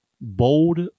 bold